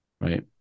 right